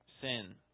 sin